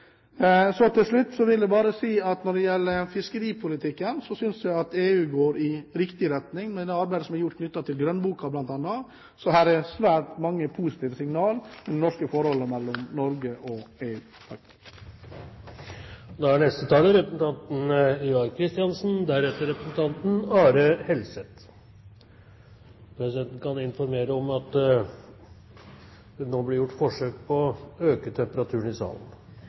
Til slutt vil jeg bare si at når det gjelder fiskeripolitikken, synes jeg at EU går i riktig retning med det arbeidet som er gjort knyttet til grønnboka, bl.a. Så det er svært mange positive signaler i forholdet mellom Norge og EU. Presidenten kan informere om at det nå blir gjort forsøk på å øke temperaturen i salen